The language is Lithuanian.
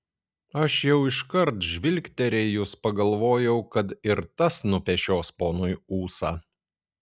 aš jau iš karto žvilgterėjus pagalvojau kad ir tas nupešios ponui ūsą